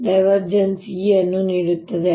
E ಅನ್ನು ನೀಡುತ್ತದೆ